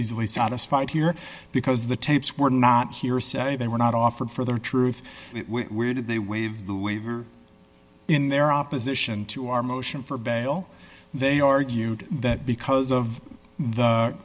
easily satisfied here because the tapes were not hearsay they were not offered for their truth where did they waive the waiver in their opposition to our motion for bail they argued that because of the